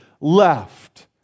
left